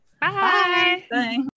Bye